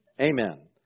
Amen